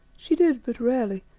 she did but rarely,